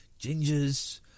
Gingers